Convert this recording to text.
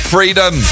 Freedom